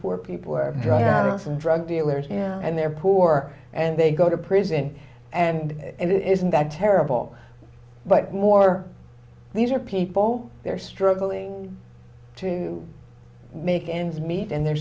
poor people are drug addicts and drug dealers and they're poor and they go to prison and it isn't that terrible but more these are people they're struggling to make ends meet and they're